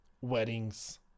weddings